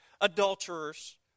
adulterers